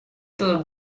tour